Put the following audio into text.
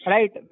Right